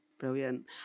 Brilliant